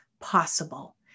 possible